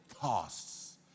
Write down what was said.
costs